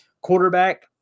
Quarterback